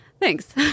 Thanks